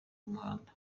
y’umuhanda